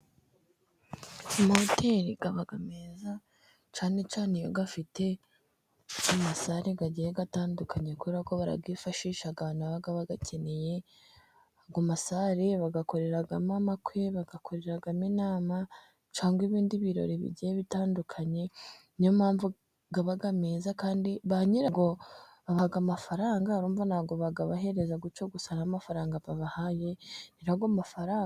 Amahoteli aba ameze neza ,cyane cyane afite amasale agiye atandukanye, kubera ko barayifashisha abantu baba bayakeneye, ayo masale bayakoreramo amakwe, bayakoreramo inama, cyangwa ibindi birori bigiye bitandukanye. Niyo mpamvu aba meza kandi ba nyirayo babaha amafaranga, urumva ntabwo bayabahereza gutyo gusa nta mafaranga babahaye rero ayo mafaranga....